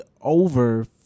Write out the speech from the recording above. over